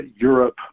Europe